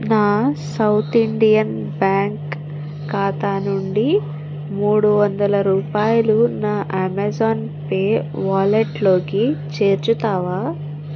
నా South Indian Bank ఖాతా నుండి మూడు వందల రూపాయలు నా అమెజాన్ పే వాలెట్లోకి చేర్చుతావా